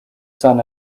sun